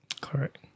Correct